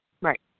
Right